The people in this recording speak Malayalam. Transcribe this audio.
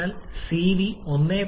016 എന്ന് പറയാൻ കഴിയും